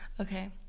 Okay